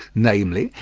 namely,